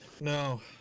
No